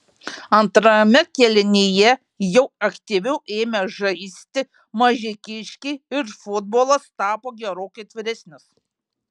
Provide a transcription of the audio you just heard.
antrame kėlinyje jau aktyviau ėmė žaisti mažeikiškiai ir futbolas tapo gerokai atviresnis